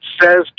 says